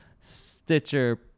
Stitcher